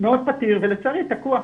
מאוד פתיר ולצערי תקוע.